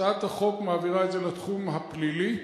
הצעת החוק מעבירה את זה לתחום הפלילי.